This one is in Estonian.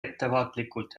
ettevaatlikult